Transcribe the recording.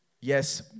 Yes